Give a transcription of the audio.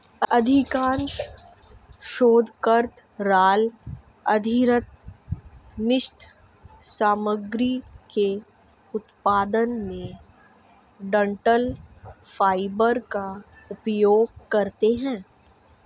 अधिकांश शोधकर्ता राल आधारित मिश्रित सामग्री के उत्पादन में डंठल फाइबर का उपयोग करते है